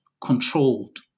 controlled